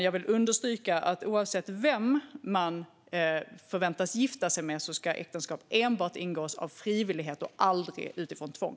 Jag vill understryka att oavsett vem man förväntas gifta sig med ska äktenskap enbart ingås av frivillighet och aldrig utifrån tvång.